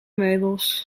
meubels